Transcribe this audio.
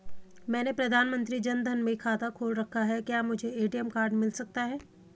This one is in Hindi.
मैंने प्रधानमंत्री जन धन में खाता खोल रखा है क्या मुझे ए.टी.एम कार्ड मिल सकता है?